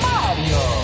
Mario